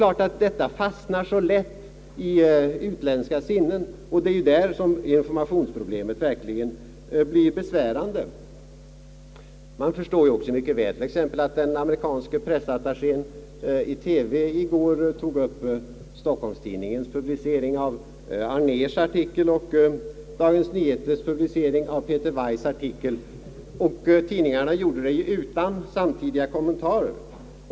Ett sådant exempel fastnar så lätt i utländska sinnen, och det är därför informationsproblemet verkligen blir besvärande. Man förstår också mycket väl att den amerikanske pressattachén i TV i går tog upp Stockholms-Tidningens publicering av Sivar Arnérs artikel och Dagens Nyheters publicering av Peter Weiss” artikel. Båda tidningarna tog in dem utan samtidiga kommentarer.